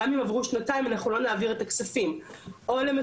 גם אם עברו שנתיים אנחנו לא נעביר את הכספים.